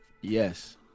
Yes